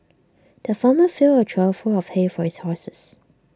the farmer filled A trough full of hay for his horses